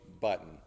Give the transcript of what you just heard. button